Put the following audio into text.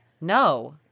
No